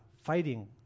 fighting